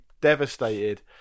devastated